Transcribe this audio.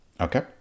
Okay